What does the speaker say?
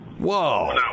Whoa